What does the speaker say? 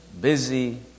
busy